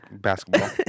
basketball